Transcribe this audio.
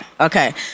Okay